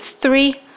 three